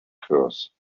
curse